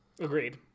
Agreed